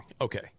Okay